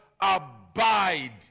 abide